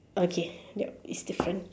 okay yup it's different